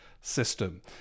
system